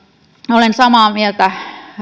olen samaa mieltä